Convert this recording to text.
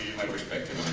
perspective,